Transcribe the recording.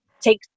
take